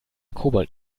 kobold